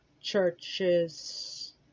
churches